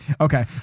Okay